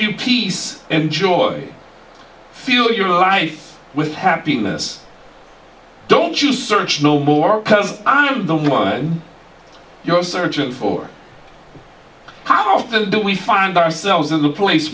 you peace and joy feel your life with happiness don't you search no more because i'm the one you go searching for how often do we find ourselves in the place